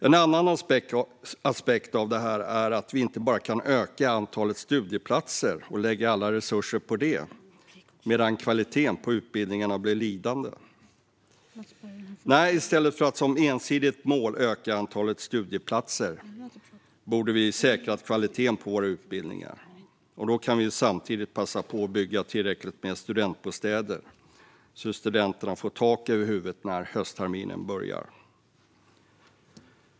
En annan aspekt av detta är att vi inte bara kan öka antalet studieplatser och lägga alla resurser på det medan kvaliteten på utbildningarna blir lidande. Nej, i stället för att som ensidigt mål öka antalet studieplatser borde vi säkra kvaliteten på våra utbildningar, och då kan vi samtidigt passa på att bygga tillräckligt med studentbostäder så att studenterna får tak över huvudet när höstterminen börjar.